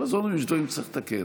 כל הזמן אומרים שיש דברים שצריך לתקן.